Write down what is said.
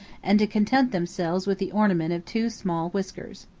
and to content themselves with the ornament of two small whiskers.